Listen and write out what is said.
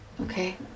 Okay